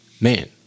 man